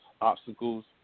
obstacles